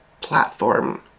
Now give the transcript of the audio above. platform